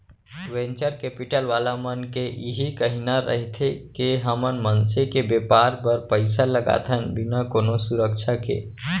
venture capital वाला मन के इही कहिना रहिथे के हमन मनसे के बेपार बर पइसा लगाथन बिना कोनो सुरक्छा के